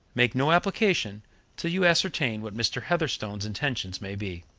make no application till you ascertain what mr. heatherstone's intentions may be.